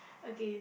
okay